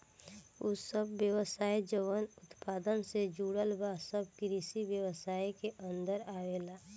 उ सब व्यवसाय जवन उत्पादन से जुड़ल बा सब कृषि व्यवसाय के अन्दर आवेलला